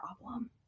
problem